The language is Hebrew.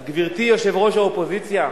אז, גברתי יושבת-ראש האופוזיציה,